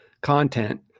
content